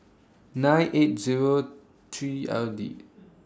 nine eight Zero three L D